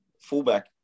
fullback